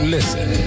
Listen